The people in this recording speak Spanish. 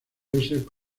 joseph